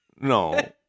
No